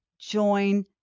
join